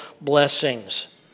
blessings